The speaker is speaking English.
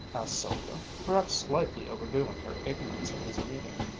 asked sylvia, perhaps slightly overdoing her ignorance of his meaning.